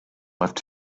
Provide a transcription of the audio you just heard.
left